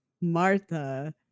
martha